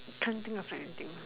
can't think of anything